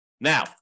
Now